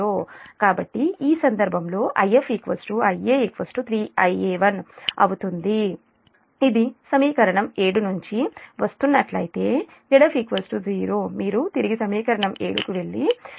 కాబట్టి ఈ సందర్భంలోIf Ia 3Ia1 ఇది సమీకరణం 7 నుంచి వస్తున్నట్లయితే Zf 0 మీరు తిరిగి సమీకరణం 7 కి వెళ్లిZf 0 ఉంచండి